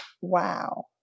wow